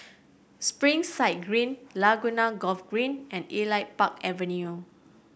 Springside Green Laguna Golf Green and Elite Park Avenue